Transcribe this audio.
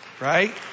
Right